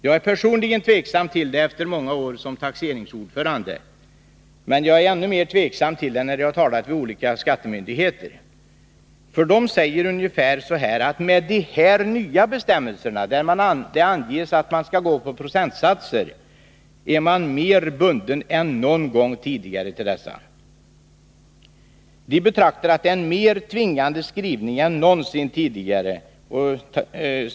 Jag är personligen tveksam efter många år som taxeringsnämndsordförande, men jag har blivit ännu mer tveksam när jag talat med olika skattemyndigheter. De säger ungefär så här: Med de här nya bestämmelserna, där det anges att man skall gå på procentsatser, är man mer bunden än någon gång tidigare till dessa. Vi anser att det är en mer tvingande skrivning än någonsin tidigare.